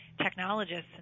technologists